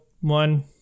one